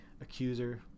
Accuser